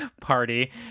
party